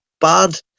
bad